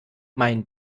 mein